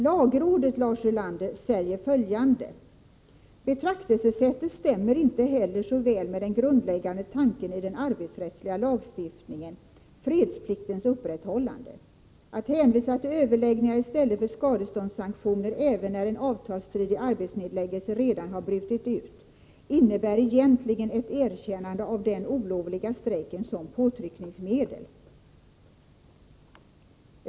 Lagrådet, Lars Ulander, säger följande: ”Betraktelsesättet stämmer inte heller så väl med den grundläggande tanken i den arbetsrättsliga lagstiftningen — fredspliktens upprätthållande. Att hänvisa till överläggningar i stället för skadeståndssanktionen även när en avtalsstridig arbetsnedläggelse redan har brutit ut innebär egentligen ett erkännande av den olovliga strejken som påtryckningsmedel.” Det är detta som vi har citerat, Lars Ulander, och det står vi bakom.